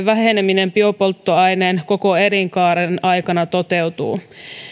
väheneminen biopolttoaineen koko elinkaaren aikana toteutuu